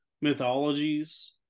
mythologies